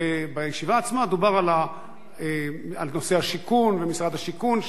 בישיבה עצמה דובר על נושא השיכון ומשרד השיכון,